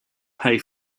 pay